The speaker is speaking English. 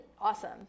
awesome